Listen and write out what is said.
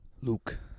Luke